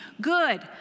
good